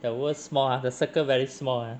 the world small ah the circle very small ah